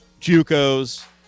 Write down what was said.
JUCOs